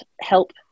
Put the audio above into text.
help